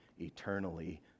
eternally